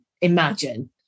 imagine